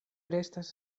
restas